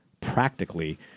practically